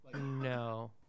No